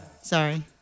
sorry